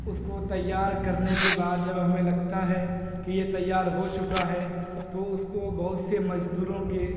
اس کو تیار کرنے کے بعد جب ہمیں لگتا ہے کہ یہ تیار ہو چکا ہے تو اس کو بہت سے مزدوروں کے